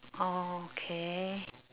oh K